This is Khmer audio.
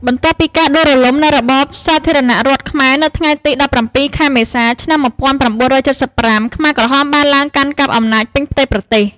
បន្ទាប់ពីការដួលរំលំនៃរបបសាធារណរដ្ឋខ្មែរនៅថ្ងៃទី១៧ ខែមេសា ឆ្នាំ១៩៧៥ ខ្មែរក្រហមបានឡើងកាន់កាប់អំណាចពេញផ្ទៃប្រទេស។